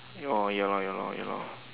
oh ya lor ya lor ya lor